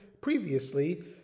previously